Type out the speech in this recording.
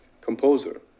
composer